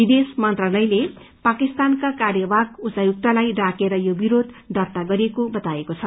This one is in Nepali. विदेश मंत्रालयले पाकिस्तानका कार्यवाहक उच्चायुक्तलाई डाकेर यो विरोध दर्त्ता गरिएको बताएको छ